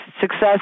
success